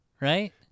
right